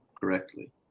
correctly